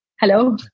Hello